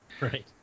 Right